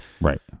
Right